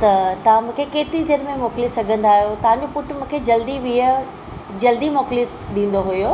त तव्हां मूंखे केतिरी देरि में मोकिले सघंदा आहियो तव्हांजो पुटु मूंखे जल्दी वीह जल्दी मोकिली ॾींदो हुयो